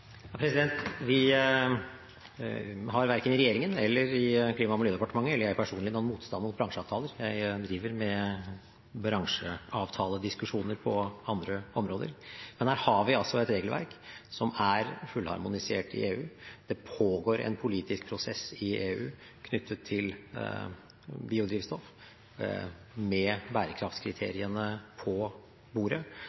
Vi har verken i regjeringen, i Klima- og miljødepartementet eller jeg personlig noen motstand mot bransjeavtaler. Jeg driver med bransjeavtalediskusjoner på andre områder. Men her har vi et regelverk som er fullharmonisert i EU. Det pågår en politisk prosess i EU knyttet til biodrivstoff med